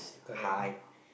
correct